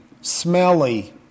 smelly